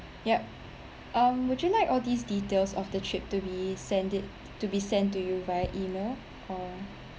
yup um would you like all these details of the trip to be sent it to be sent to you via E-mail or